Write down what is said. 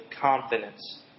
confidence